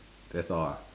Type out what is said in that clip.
that's all ah